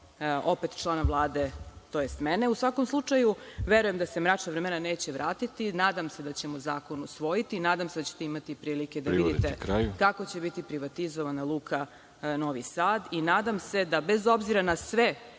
opet člana Vlade, to jest mene.U svakom slučaju, verujem da se mračna vremena neće vratiti. Nadam se da ćemo zakon usvojiti. Nadam se da ćete imati prilike da vidite kako će biti privatizovana Luka Novi Sad. **Veroljub Arsić**